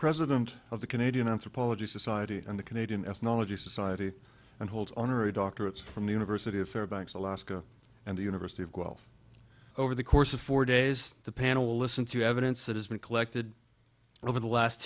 president of the canadian anthropology society and the canadian ethnology society and hold on or a doctorate from the university of fairbanks alaska and the university of wealth over the course of four days the panel will listen to evidence that has been collected over the last